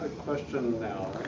question now?